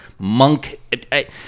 monk